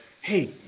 Hey